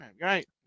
right